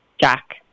jack